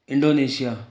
Indonesia